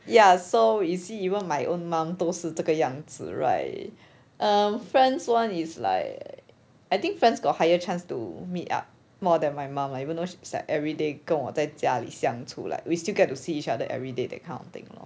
ya so you see even my own mom 都是这个样子 right um friends [one] is like I think friends got higher chance to meet up more than my mum like even though she's like everyday 跟我在家里相处 like we still get to see each other every day that kind of thing you know